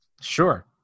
Sure